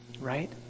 Right